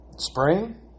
Spring